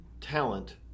talent